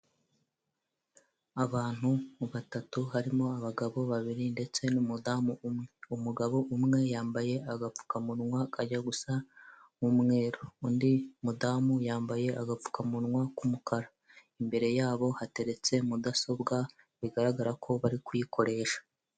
Abantu batatu; harimo abagabo babiri ndetse n'umudamu umwe. Umugabo umwe yambaye agapfukamunwa kajya gusa umweru. Undi mudamu yambaye agapfukamunwa k'umukara. Imbere yabo hateretse mudasobwa, bigaragara ko bari kuyikoresha.